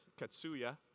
Katsuya